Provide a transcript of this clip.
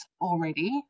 already